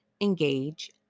engage